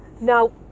Now